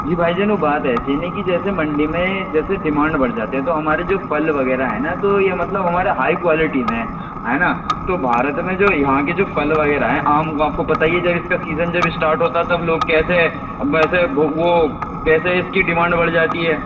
جی بھائی جان وہ بات ایسی ہے نا کہ جیسے منڈی میں جیسے ڈیمانڈ بڑھ جاتے ہیں تو ہمارے جو پھل وغیرہ ہیں نا تو یہ مطلب ہمارے ہائی کوالٹی میں ہیں ہے نا تو بھارت میں جو یہاں کے جو پھل وغیرہ ہیں آم کا آپ كو پتا ہی ہے جب اِس كا سیزن جب اسٹارٹ ہوتا تب لوگ كیسے ویسے وہ کیسے اِس كی ڈیمانڈ بڑھ جاتی ہے